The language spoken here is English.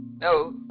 No